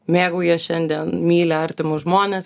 mėgaujies šiandien myli artimus žmones